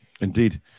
Indeed